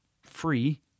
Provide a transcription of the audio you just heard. free